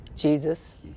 Jesus